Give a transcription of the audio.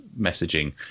messaging